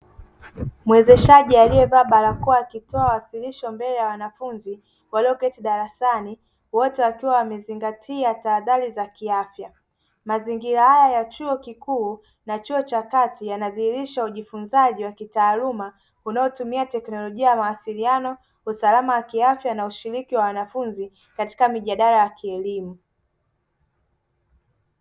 Mwezeshaji aliyevaa barakoa akitoa wasilisho mbele ya wanafunzi walioketi darasani, wote wakiwa wamezingatia tahadhari za kiafya, mazingira haya ya chuo kikuu na chuo cha kati yanadhihirisha ujifunzaji wa kitaaluma unaotumia teknolojia ya mawasiliano, usalama wa kiafya na ushiriki wa wanafunzi katika mijadala ya kielimu.